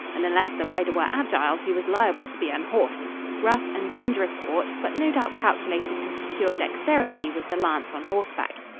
and unless the rider were agile he was liable to be unhorsed rough and dangerous sport, but no doubt calculated to secure dexterity with the lance on horseback.